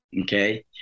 Okay